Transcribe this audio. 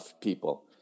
people